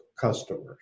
customers